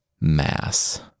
mass